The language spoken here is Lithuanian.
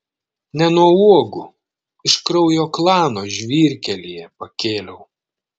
ne nuo uogų iš kraujo klano žvyrkelyje pakėliau